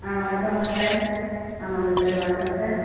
ஆ வணக்கங்க சார் ஆமாங்க சார் வணக்கம் சார்